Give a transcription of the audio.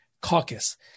caucus